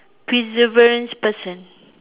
perseverance person